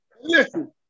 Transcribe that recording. Listen